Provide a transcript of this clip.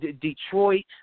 Detroit